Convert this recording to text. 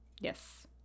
Yes